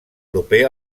proper